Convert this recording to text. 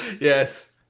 Yes